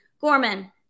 Gorman